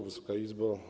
Wysoka Izbo!